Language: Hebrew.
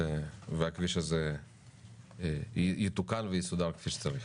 והכביש הזה יתוקן ויסודר כפי שצריך.